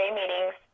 meetings